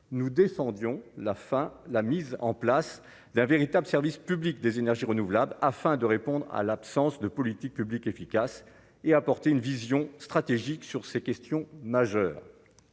la fin, la mise en place d'un véritable service public des énergies renouvelables, afin de répondre à à l'absence de politique publique efficace et apporter une vision stratégique sur ces questions majeures: